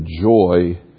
joy